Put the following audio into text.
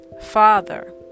Father